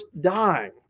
dying